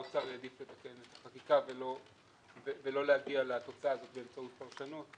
האוצר העדיף לתקן את החקיקה ולא להגיע לתוצאה הזאת באמצעות פרשנות,